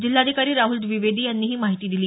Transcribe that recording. जिल्हाधिकारी राहुल द्विवेदी यांनी ही माहिती दिली